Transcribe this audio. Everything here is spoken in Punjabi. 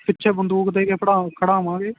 ਪਿੱਛੇ ਬੰਦੂਕ ਦੇ ਕੇ ਪੜਾ ਖੜਾਵਾਂਗੇ